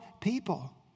people